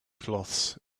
cloths